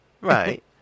Right